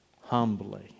humbly